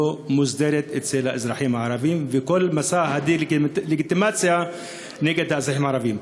מוסדרת אצל האזרחים הערבים וכל מסע הדה-לגיטימציה נגד האזרחים הערבים?